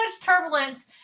turbulence